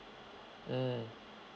mm